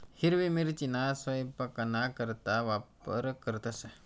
हिरवी मिरचीना सयपाकना करता वापर करतंस